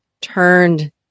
turned